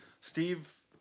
Steve